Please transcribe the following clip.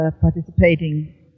participating